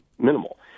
minimal